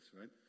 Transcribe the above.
right